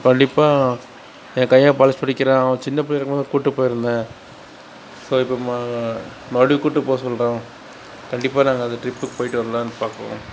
கண்டிப்பாக என் கையன் காலேஜ் படிக்கிறான் அவன் சின்ன பிள்ளையாக இருக்கும்போது கூட்டு போயிருந்தேன் ஸோ இப்போ ம மறுபடியும் கூட்டு போக சொல்கிறான் கண்டிப்பாக நாங்கள் அந்த ட்ரிப்புக்கு போயிட்டு வரலாம் பார்க்கறோம்